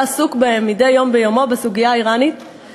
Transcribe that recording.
עסוק בהם מדי יום ביומו בסוגיה האיראנית,